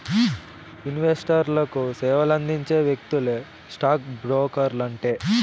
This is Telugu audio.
ఇన్వెస్టర్లకు సేవలందించే వ్యక్తులే స్టాక్ బ్రోకర్లంటే